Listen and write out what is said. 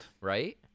right